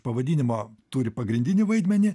pavadinimo turi pagrindinį vaidmenį